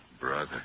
Brother